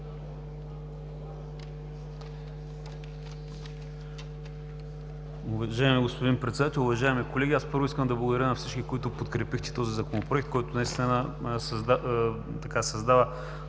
Уважаеми господин Председател, уважаеми колеги! Аз първо искам да благодаря на всички, които подкрепихте този Законопроект, който наистина създава